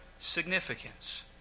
significance